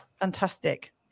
Fantastic